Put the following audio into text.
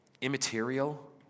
immaterial